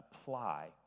apply